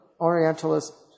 orientalist